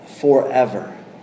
forever